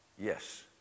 Yes